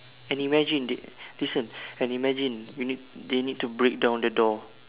and imagine they listen and imagine we need they need to break down the door